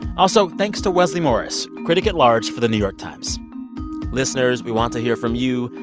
also, thanks to wesley morris, critic at large for the new york times listeners, we want to hear from you,